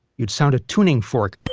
you'd sound a tuning fork,